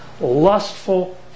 lustful